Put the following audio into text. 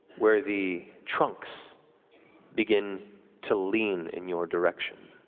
where the trunks begin to lean in your direction.